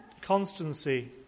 constancy